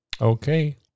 okay